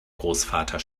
großvater